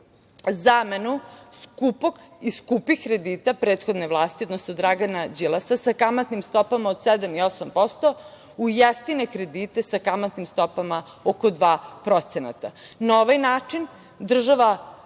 zamenu skupog i skupih kredita prethodne vlasti, odnosno Dragana Đilasa sa kamatnim stopama od 7% i 8% u jeftine kredite sa kamatnim stopama oko 2%. Na ovaj način država